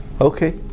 Okay